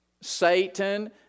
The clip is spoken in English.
Satan